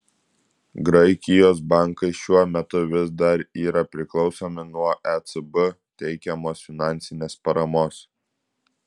graikijos bankai šiuo metu vis dar yra priklausomi nuo ecb teikiamos finansinės paramos